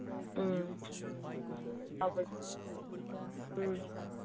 ꯎꯝ ꯍꯣꯏ ꯎꯝ